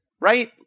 right